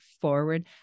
forward